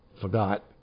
Forgot